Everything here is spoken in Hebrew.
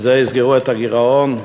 מזה יסגרו את הגירעון?